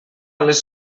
les